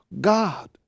God